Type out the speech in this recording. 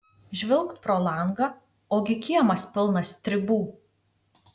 žvilgt pro langą ogi kiemas pilnas stribų